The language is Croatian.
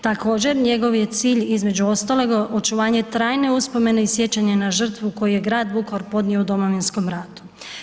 Također njegov je cilj između ostaloga očuvanje trajne uspomene i sjećanja na žrtvu koju je Grad Vukovar podnio u Domovinskom ratu.